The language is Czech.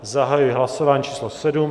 Zahajuji hlasování číslo 7.